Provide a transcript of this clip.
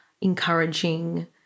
encouraging